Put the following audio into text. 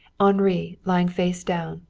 henri, lying face down,